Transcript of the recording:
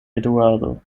eduardo